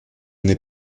n’ai